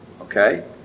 Okay